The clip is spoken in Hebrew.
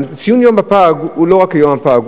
ציון יום הפג הוא לא רק ציון יום הפג,